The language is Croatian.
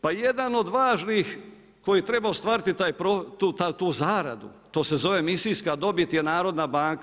Pa jedan od važnih koji treba ostvariti tu zaradu, to se zove misijska dobit je narodna banka.